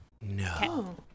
No